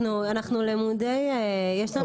אנחנו למודי, יש לנו היסטוריה של עבודה.